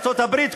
ארצות-הברית,